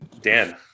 Dan